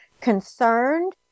concerned